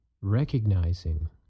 recognizing